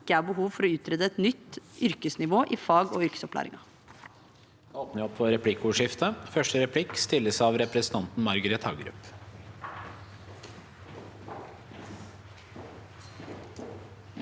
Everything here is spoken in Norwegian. er behov for å utrede et nytt yrkesnivå i fag- og yrkesopplæringen.